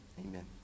amen